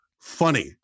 funny